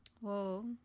Whoa